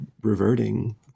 reverting